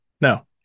No